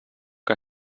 que